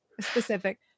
specific